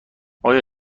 آیا